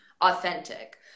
authentic